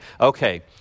okay